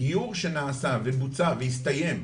גיור שנעשה ובוצע והסתיים,